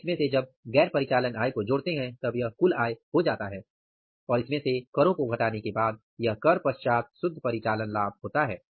और इसमें जब गैर परिचालन आय को जोड़ते हैं तब यह कुल आय बन जाता है और इसमें से करो को घटाने के बाद यह कर पश्चात शुद्ध परिचालन लाभ होता है